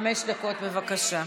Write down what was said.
חמש דקות, בבקשה.